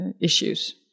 issues